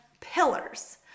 pillars